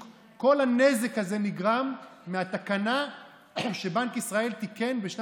אני ביקשתי מהביטוח הלאומי לעשות עכשיו סקר עמוק וגדול.